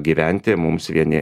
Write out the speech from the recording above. gyventi mums vieni